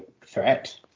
threat